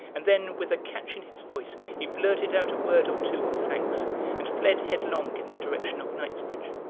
and then, with a catch in his voice, he blurted out a word or two of thanks and fled headlong in the direction of knightsbridge.